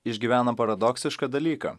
išgyvena paradoksišką dalyką